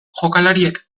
jokalariek